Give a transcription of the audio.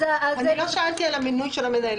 אז --- אני לא שאלתי על המינוי של מנהל.